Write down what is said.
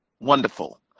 wonderful